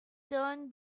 turn